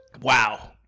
Wow